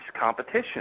competition